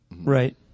Right